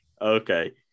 Okay